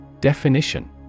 Definition